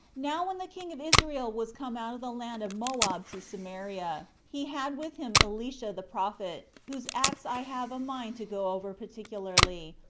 now when the king of israel was come out of the land of moab to samaria, he had with him elisha the prophet, whose acts i have a mind to go over particularly,